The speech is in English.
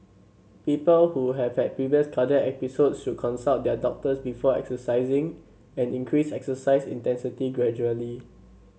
people who have had previous cardiac episodes should consult their doctors before exercising and increase exercise intensity gradually